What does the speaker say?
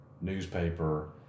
newspaper